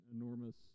enormous